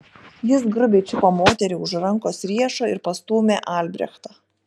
jis grubiai čiupo moterį už rankos riešo ir pastūmė albrechtą